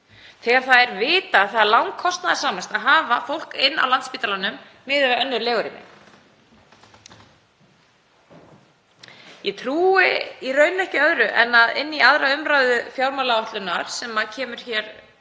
þegar það er vitað að það er langkostnaðarsamast að hafa fólk inni á Landspítalanum miðað við önnur legurými. Ég trúi í raun ekki öðru en að inn í 2. umr. fjármálaáætlunar, sem kemur hér